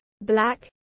black